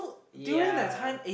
ya